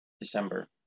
december